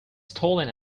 stolen